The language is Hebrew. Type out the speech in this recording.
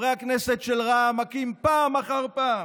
חברי הכנסת של רע"מ מכים פעם אחר פעם